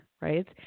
right –